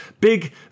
big